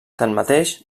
tanmateix